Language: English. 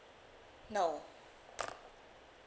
no